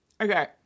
Okay